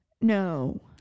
No